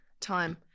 time